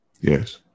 Yes